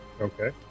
Okay